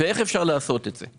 ואיך אפשר לעשות את זה?